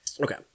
Okay